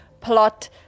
plot